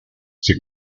sie